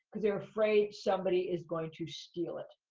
cause they're afraid somebody is going to steal it.